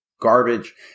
garbage